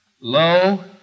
Lo